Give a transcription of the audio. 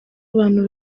abantu